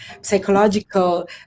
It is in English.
psychological